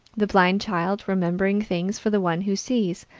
the blind child remembering things for the one who sees,